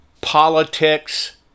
politics